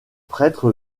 prêtre